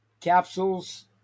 capsules